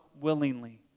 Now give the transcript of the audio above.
willingly